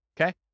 Okay